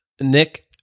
nick